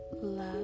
love